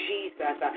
Jesus